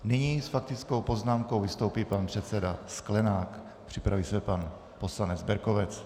Nyní s faktickou poznámkou vystoupí pan předseda Sklenák, připraví se pan poslanec Berkovec.